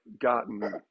gotten